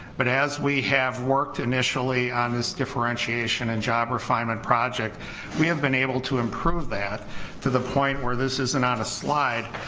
but as we have worked initially on this differentiation and job refinement project we have been able to improve that to the point where this isn't on a slide,